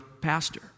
pastor